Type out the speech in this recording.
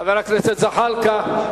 חבר הכנסת זחאלקה.